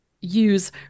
use